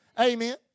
Amen